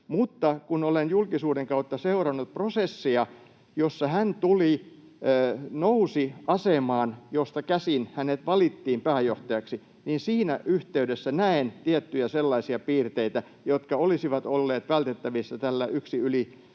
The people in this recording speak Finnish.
mutta kun olen julkisuuden kautta seurannut prosessia, jossa hän nousi asemaan, josta käsin hänet valittiin pääjohtajaksi, niin siinä yhteydessä näen tiettyjä sellaisia piirteitä, jotka olisivat olleet vältettävissä tällä yksi yli